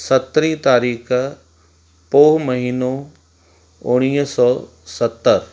सत्रहीं तारीख़ पोइ महिनो उणिवीह सौ सतरि